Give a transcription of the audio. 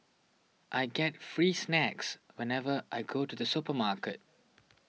I get free snacks whenever I go to the supermarket